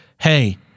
Hey